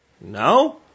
No